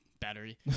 battery